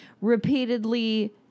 repeatedly